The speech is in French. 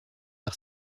par